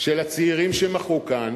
של הצעירים שמחו כאן